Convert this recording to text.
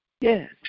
Yes